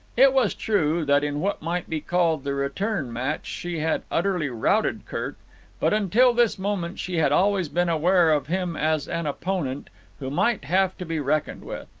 it was true that in what might be called the return match she had utterly routed kirk but until this moment she had always been aware of him as an opponent who might have to be reckoned with.